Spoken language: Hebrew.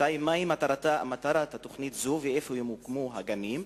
2. מה היא מטרת תוכנית זו ואיפה ימוקמו הגנים?